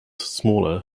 smaller